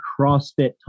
CrossFit